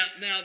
now